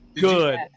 Good